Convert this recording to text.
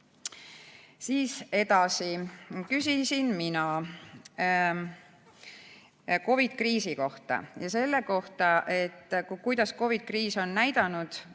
Edasi küsisin mina COVID-i kriisi kohta ja selle kohta, kuidas COVID-kriis on näidanud,